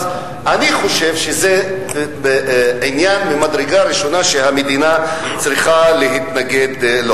אז אני חושב שזה עניין ממדרגה ראשונה שהמדינה צריכה להתנגד לו.